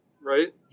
right